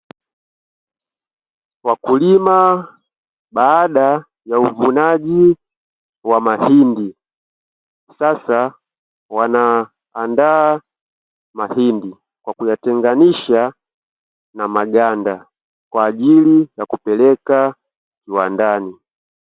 Wakulima baada ya uvunaji wa mahindi sasa wanaandaa mahindi kwa kuyatenganisha na maganda kwa ajili ya kupeleka kiwandani.